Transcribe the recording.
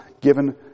given